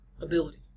ability